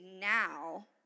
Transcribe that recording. now